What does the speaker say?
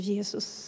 Jesus